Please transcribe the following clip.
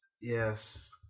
Yes